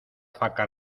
faca